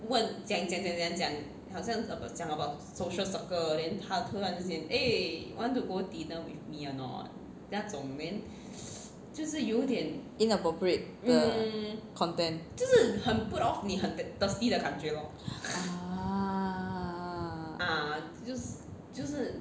inappropriate 的 content ah